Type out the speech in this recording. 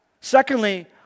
Secondly